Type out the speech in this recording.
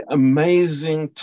amazing